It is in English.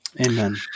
Amen